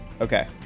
okay